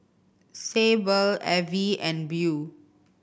Sable Avie and Beau